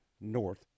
North